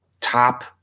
top